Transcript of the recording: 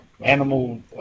Animal